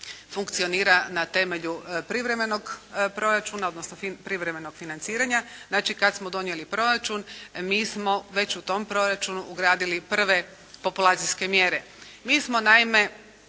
funkcionira na temelju privremenog proračuna odnosno privremenog financiranja, znači kad smo donijeli proračun mi smo već u tom proračunu ugradili prve populacijske mjere.